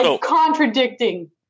contradicting